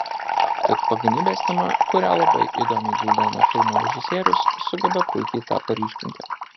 tad pagonybės tema kurią labai įdomiai gvildena filmo režisierius sugeba puikiai tą paryškinti